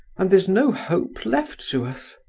and there's no hope left to us.